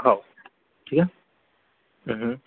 हो ठीक हे